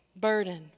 burden